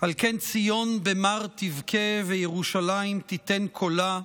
"על כן ציון במר תבכה, וירושלים תיתן קולה.